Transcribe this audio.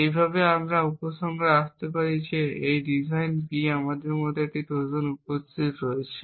এইভাবে আমরা উপসংহারে আসতে পারি যে এই ডিজাইন বি আমাদের মধ্যে একটি ট্রোজান উপস্থিত রয়েছে